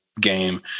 game